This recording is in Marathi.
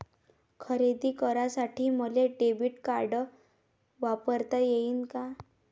खरेदी करासाठी मले डेबिट कार्ड वापरता येईन का?